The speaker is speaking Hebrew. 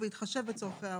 ובהתחשב בצורכי העובד,